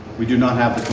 we do not have